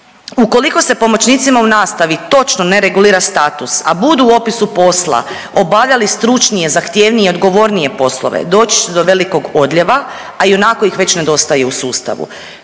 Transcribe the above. ukoliko se pomoćnicima u nastavi točno ne regulira status, a budu u opisu posla obavljali stručnije, zahtjevnije i odgovornije poslove doći će do velikog odljeva, a ionako ih već nedostaje u sustavu.